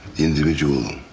the individual